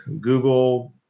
Google